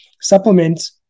supplements